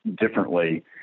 differently